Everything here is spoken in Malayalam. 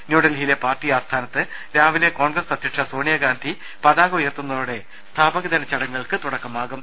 ന്യൂഡൽഹിയിലെ പാർട്ടി ആസ്ഥാനത്ത് രാവിലെ കോൺഗ്രസ് അധ്യക്ഷ സോണിയാഗാന്ധി പതാക ഉയർത്തുന്നതോടെ സ്ഥാപക ദിന ചടങ്ങുകൾക്ക് തുടക്കമാകും